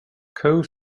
coe